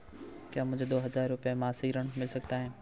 क्या मुझे दो हज़ार रुपये मासिक ऋण मिल सकता है?